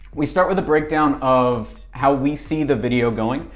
we start with a breakdown of how we see the video going,